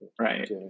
right